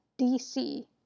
DC